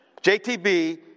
JTB